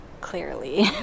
clearly